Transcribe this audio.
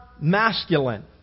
masculine